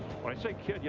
when i say kid,